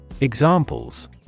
Examples